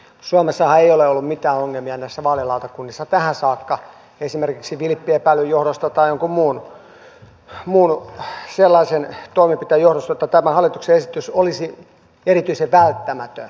suomessahan ei ole ollut mitään ongelmia näissä vaalilautakunnissa tähän saakka esimerkiksi vilppiepäilyn johdosta tai jonkun muun sellaisen toimenpiteen johdosta jotta tämä hallituksen esitys olisi erityisen välttämätön